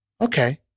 Okay